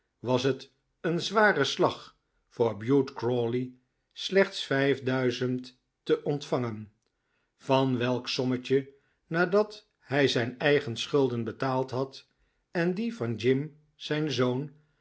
was het een zware slag voor oa oa oa oo t o bute crawley slechts vijf duizend te ontvangen van welk sommetje nadat hij zijn eigen schulden betaald had en die van jim zijn zoon